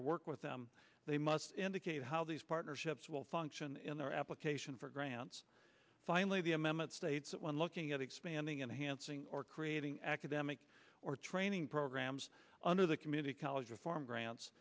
to work with them they must indicate how these partnerships will function in their application for grants finally the m m it states that when looking at expanding into hansing or creating academic or training programs under the community college reform grants